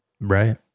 Right